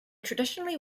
traditionally